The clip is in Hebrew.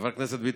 חבר הכנסת ביטן,